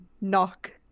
knock